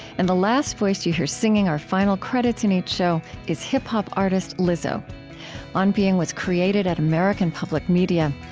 and the last voice that you hear singing our final credits in each show is hip-hop artist lizzo on being was created at american public media.